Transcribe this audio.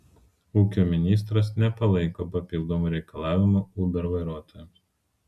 ūkio ministras nepalaiko papildomų reikalavimų uber vairuotojams